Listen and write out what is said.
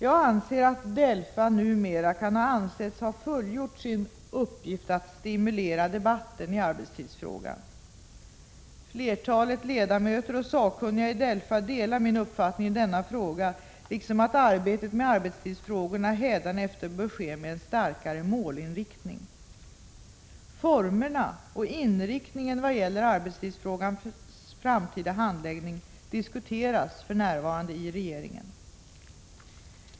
Jag anser att DELFA numera kan anses ha fullgjort sin uppgift att stimulera debatten i arbetstidsfrågan. Flertalet ledamöter och sakkunniga i DELFA delar min uppfattning i denna fråga, liksom uppfattningen att arbetet med arbetstidsfrågor hädanefter bör ske med en starkare målinriktning. Formerna och inriktningen vad gäller arbetstidsfrågans framtida handläggning diskuteras för närvarande i regeringen.